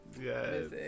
Yes